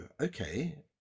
okay